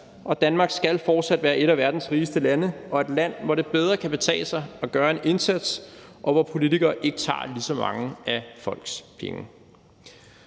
og Danmark skal fortsat være et af verdens rigeste lande og et land, hvor det bedre kan betale sig at gøre en indsats, og hvor politikerne ikke tager lige så mange af folks penge.